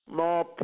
more